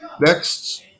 Next